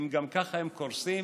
גם ככה הם קורסים